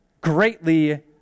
greatly